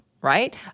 Right